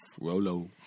Rolo